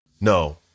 No